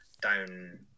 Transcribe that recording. down